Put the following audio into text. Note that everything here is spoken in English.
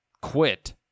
quit